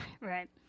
Right